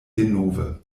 denove